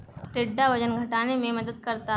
टिंडा वजन घटाने में मदद करता है